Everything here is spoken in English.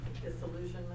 Disillusionment